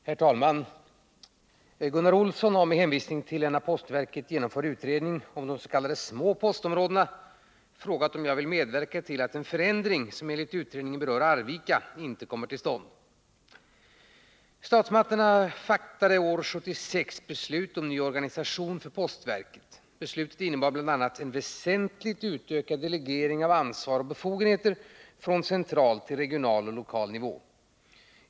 Herr talman! Gunnar Olsson har med hänvisning till en av postverket genomförd utredning om de s.k. små postområdena frågat om jag vill medverka till att en förändring, som enligt utredningen berör Arvika, inte kommer till stånd. Statsmakterna fattade år 1976 beslut om ny organisation för postverket. Beslutet innebar bl.a. en väsentligt utökad delegering av ansvar och befogenheter från central till regional och lokal nivå.